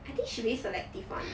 I think she really selective [one]